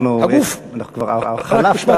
משפט